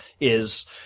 is-